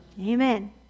Amen